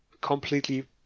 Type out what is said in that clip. completely